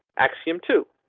axiom two.